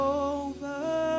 over